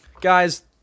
Guys